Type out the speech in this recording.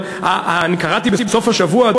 אני קראתי בסוף השבוע,